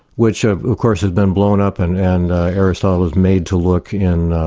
which of of course has been blown up and and aristotle is made to look in